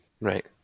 Right